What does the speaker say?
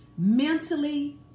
Mentally